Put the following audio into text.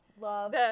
Love